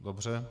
Dobře.